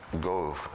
go